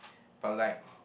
but like